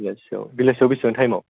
बेलासियाव बेलासियाव बेसां टाइमाव